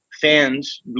fans